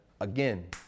Again